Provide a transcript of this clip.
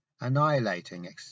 annihilating